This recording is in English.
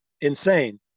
insane